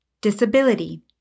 Disability